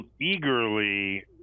eagerly